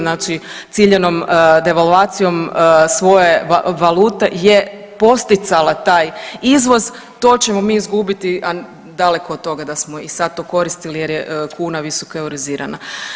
Znači ciljanom devalvacijom svoje valute je podsticala taj izvoz to ćemo mi izgubiti, a daleko da smo i sad to koristili jer je kuna visoko eurozirana.